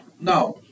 Now